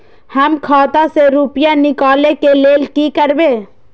हम खाता से रुपया निकले के लेल की करबे?